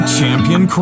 Champion